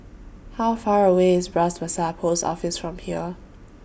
How Far away IS Bras Basah Post Office from here